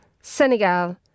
Senegal